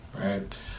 right